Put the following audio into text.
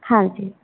ਹਾਂਜੀ